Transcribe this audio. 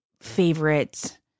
favorite